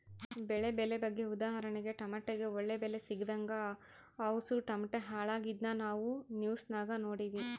ಬೆಳೆ ಬೆಲೆ ಬಗ್ಗೆ ಉದಾಹರಣೆಗೆ ಟಮಟೆಗೆ ಒಳ್ಳೆ ಬೆಲೆ ಸಿಗದಂಗ ಅವುಸು ಟಮಟೆ ಹಾಳಾಗಿದ್ನ ನಾವು ನ್ಯೂಸ್ನಾಗ ನೋಡಿವಿ